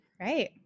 Right